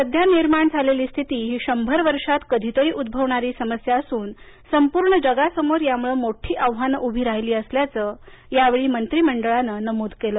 सध्या निर्माण झालेली स्थिती ही शंभर वर्षांत कधीतरी उद्भवणारी समस्या असून संपूर्ण जगासमोर यामुळे मोठी आव्हानं उभी राहिली असल्याचं या वेळी मंत्रीमंडळानं नमूद केलं